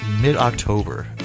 mid-October